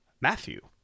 Matthew